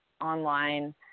online